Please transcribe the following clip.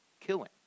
killing